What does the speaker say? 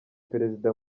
perezida